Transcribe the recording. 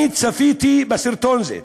אני צפיתי בסרטון זה.